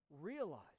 realize